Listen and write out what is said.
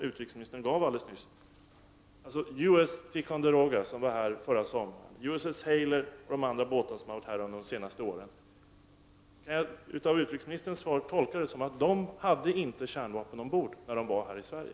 USS Ticonderoga var här förra sommaren. USS Hayler och andra båtar har varit här under de senaste åren. Kan jag tolka utrikesministerns svar som att dessa båtar inte hade kärnvapen ombord när de besökte Sverige?